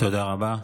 תודה רבה.